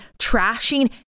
trashing